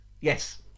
yes